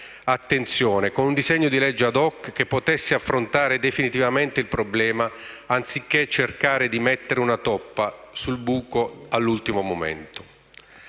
con un disegno di legge *ad hoc* che potesse affrontare definitivamente il problema, anziché cercare di mettere una toppa sul buco all'ultimo momento.